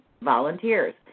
volunteers